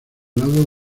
lados